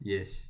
Yes